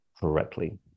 correctly